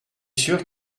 sûr